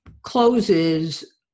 closes